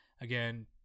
Again